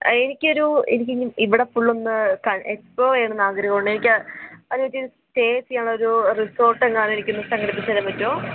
ആ എനിക്ക് ഒരു എനിക്ക് ഇവിടെ ഫുൾ ഒന്ന് എക്സ്പ്ലോർ ചെയ്യണമെന്ന് ആഗ്രഹം ഉണ്ട് എനിക്ക് അത് ഒര് സ്റ്റേ ചെയ്യാൻ ഒരു റിസോർട്ട് എങ്ങാനും എനിക്ക് സംഘടിപ്പിച്ച് തരാൻ പറ്റുമൊ